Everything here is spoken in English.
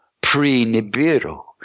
Pre-Nibiru